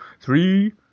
three